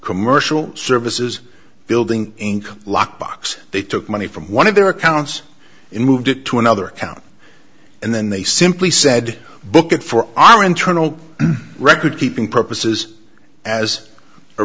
commercial services building inc lockbox they took money from one of their accounts and moved it to another town and then they simply said book it for our internal record keeping purposes as a